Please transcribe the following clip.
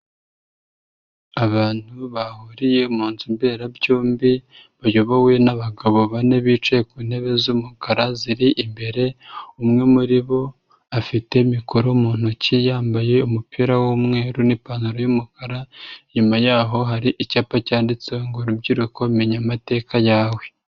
Abantu bahuriye mu nzu mberabyombi bayobowe n'abagabo bane bicaye ku ntebe z'umukara ziri imbere, umwe muri bo afite mikoro mu ntoki yambaye umupira w'umweru n'ipantaro yumukara, inyuma yabo hari icyapa cyanditse ngo rubyiruko menya amateka yawe.